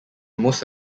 most